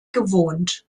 gewohnt